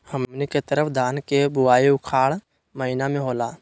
हमनी के तरफ धान के बुवाई उखाड़ महीना में होला